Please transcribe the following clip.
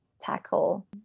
tackle